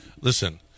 Listen